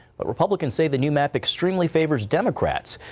but republicans say the new map extremely favors democrats.